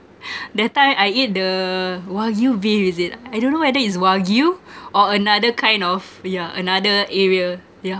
that time I eat the wagyu beef is it I don't know whether is wagyu or another kind of yeah another area yeah